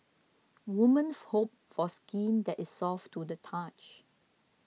women hope for skin that is soft to the touch